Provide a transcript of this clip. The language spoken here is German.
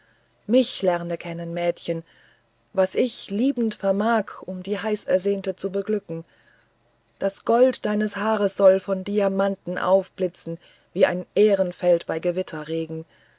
mich lerne kennen mädchen was ich liebend vermag um die heißersehnte zu beglücken das gold deines haares soll von diamanten aufblitzen wie ein ährenfeld nach gewitterregen